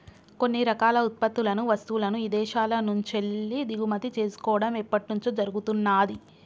కొన్ని రకాల ఉత్పత్తులను, వస్తువులను ఇదేశాల నుంచెల్లి దిగుమతి చేసుకోడం ఎప్పట్నుంచో జరుగుతున్నాది